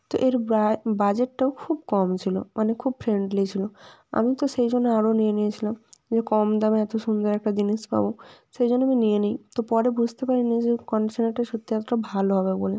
তো এর বাজেটটাও খুব কম ছিল মানে খুব ফ্রেন্ডলি ছিল আমি তো সেই জন্যে আরও নিয়ে নিয়েছিলাম যে কম দামে এতো সুন্দর একটা জিনিস পাবো সেই জন্য আমি নিয়ে নিই তো পরে বুঝতে পারিনি যে কন্ডিশনারটা সত্যি এতোটা ভালো হবে বলে